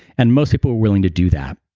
and most people were willing to do that